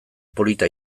polita